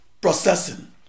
processing